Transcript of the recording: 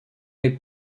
les